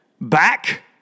Back